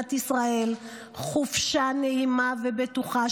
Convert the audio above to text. מדינת ישראל חופשה נעימה ובטוחה.